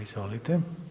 Izvolite.